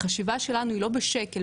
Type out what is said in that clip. החשיבה שלנו היא לא בשקל,